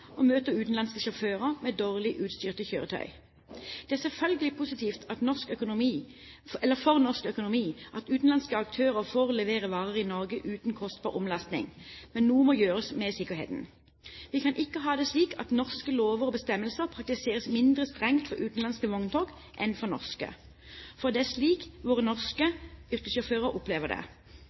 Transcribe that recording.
og møter utenlandske sjåfører med dårlig utstyrte kjøretøy. Det er selvfølgelig positivt for norsk økonomi at utenlandske aktører får levere varer i Norge uten kostbar omlastning. Men noe må gjøres med sikkerheten. Vi kan ikke ha det slik at norske lover og bestemmelser praktiseres mindre strengt for utenlandske vogntog enn for norske, for det er slik våre norske yrkessjåfører opplever det.